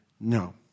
No